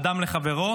אדם לחברו